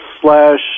slash